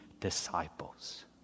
disciples